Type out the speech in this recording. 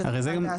א.